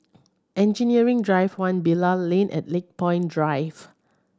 Engineering Drive One Bilal Lane and Lakepoint Drive